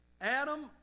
Adam